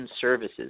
services